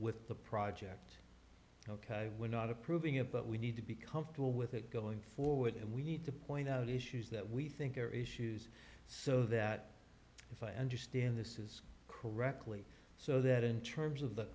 with the project ok we're not approving it but we need to be comfortable with it going forward and we need to point out issues that we think are issues so that if i understand this is correctly so that in terms of the